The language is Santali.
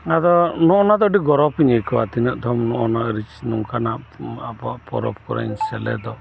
ᱟᱫᱚ ᱱᱚᱜᱚᱭ ᱱᱚᱣᱟᱫᱚ ᱟᱹᱰᱤ ᱜᱚᱨᱚᱵ ᱤᱧ ᱟᱹᱭᱠᱟᱹᱣᱟ ᱛᱤᱱᱟᱹᱜ ᱫᱷᱚᱢ ᱱᱚᱝᱠᱟᱱᱟᱜ ᱟᱵᱩᱣᱟᱜ ᱯᱚᱨᱚᱵ ᱠᱚᱨᱮᱧ ᱥᱮᱞᱮᱛᱚᱜ